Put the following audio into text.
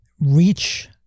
reach